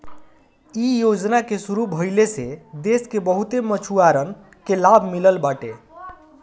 इ योजना के शुरू भइले से देस के बहुते मछुआरन के लाभ मिलल बाटे